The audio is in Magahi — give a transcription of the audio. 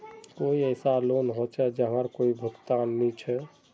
कोई ऐसा लोन होचे जहार कोई भुगतान नी छे?